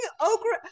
Okra